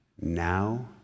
now